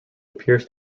appears